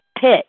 pit